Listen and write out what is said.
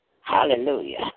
Hallelujah